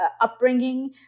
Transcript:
upbringing